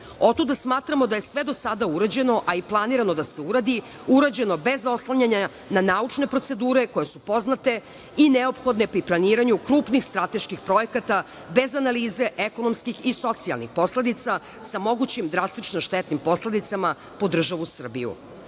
smatramo da je sve do sada urađeno, a i planirano da se uradi, urađeno bez oslanjanja na naučne procedure koje su poznate i neophodne pri planiranju krupnih strateških projekata bez analize, ekonomskih i socijalnih posledica sa mogućim drastičnom štetnim posledicama po državu Srbiju. Mora